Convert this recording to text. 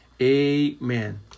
amen